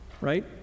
right